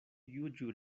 juĝu